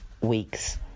week's